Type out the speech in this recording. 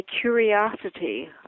curiosity